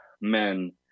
men